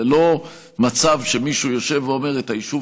זה לא מצב שמישהו יושב ואומר: את היישוב